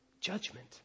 judgment